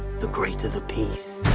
the greater the peace.